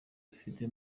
dufite